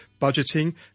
budgeting